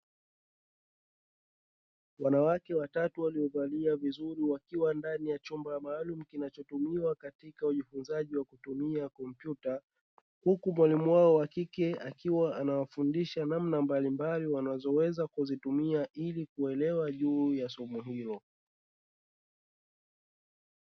Wanawake watatu waliovaa vizuri wakiwa ndani ya chumba maalumu kinachotumiwa katika ujifunzaji wa kutumia kompyuta, huku mwalimu wao wa kike akiwa anawafundisha namna mbalimbali wanazoweza kuzitumia ili kuelewa juu ya somo hilo.